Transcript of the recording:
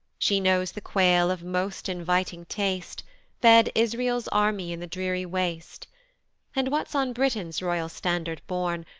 she knows the quail of most inviting taste fed israel's army in the dreary waste and what's on britain's royal standard borne,